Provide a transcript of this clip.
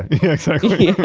yeah exactly. yeah